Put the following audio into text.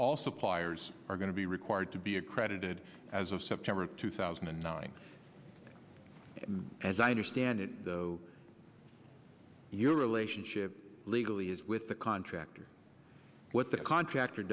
also pliers are going to be required to be accredited as of september two thousand and nine and as i understand it though your relationship legally is with the contractor what the contractor